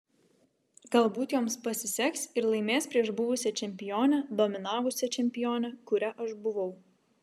galbūt joms pasiseks ir laimės prieš buvusią čempionę dominavusią čempionę kuria aš buvau